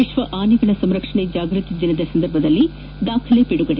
ವಿಶ್ವ ಆನೆಗಳ ಸಂರಕ್ಷಣೆ ಜಾಗೃತಿ ದಿನದ ಸಂದರ್ಭದಲ್ಲಿ ದಾಖಲೆ ಬಿಡುಗಡೆ